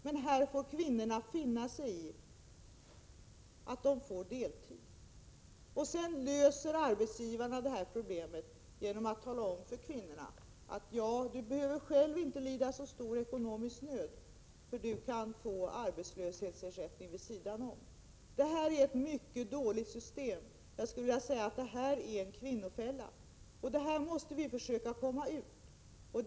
Men här får kvinnorna finna sig i att de får deltid. Sedan löser arbetsgivarna detta problem genom att tala om för kvinnorna att de inte behöver lida så stor ekonomisk nöd, eftersom de kan få arbetslöshetsersättning vid sidan om. Detta är ett mycket dåligt system, och jag skulle vilja kalla det för en kvinnofälla. Vi måste försöka komma ur detta.